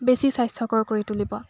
বেছি স্বাস্থ্যকৰ কৰি তুলিব